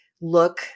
look